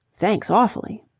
thanks awfully.